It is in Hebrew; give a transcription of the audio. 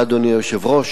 אדוני היושב-ראש,